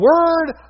Word